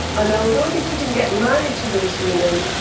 and although they couldn't get married to those women,